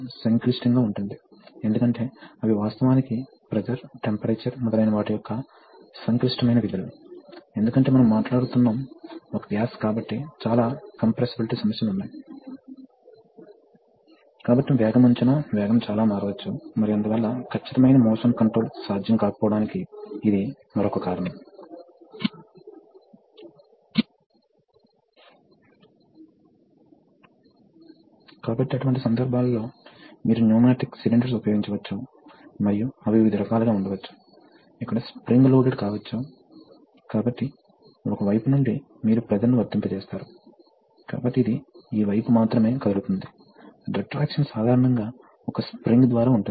కాబట్టి ఏమి జరుగుతుందంటే ఇది ప్రవాహం నేరుగా ఈ చెక్ వాల్వ్ ద్వారా ప్రవహిస్తుంది సూటిగా ఉంటుంది మరియు ఇది నేరుగా తిరిగి వస్తుంది మరియు ఇది ట్యాంకుకు అనుసంధానించబడుతుంది అది కన్వెన్షనల్ మోడ్ ఈ సందర్భంలో అక్కడ ప్రెషర్ అవసరం లేదు మరియు అది తిరిగి వస్తుంది కాబట్టి ప్రయోజనం ఏమిటంటే మనకు అధిక ఫోర్స్ అవసరం ఉంది